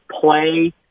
play